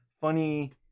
funny